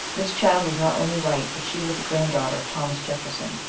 this child was not only white, but she was the granddaughter of thomas jefferson,